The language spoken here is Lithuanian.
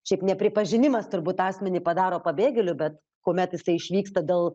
šiaip nepripažinimas turbūt asmenį padaro pabėgėliu bet kuomet jisai išvyksta dėl